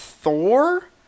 Thor